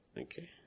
Okay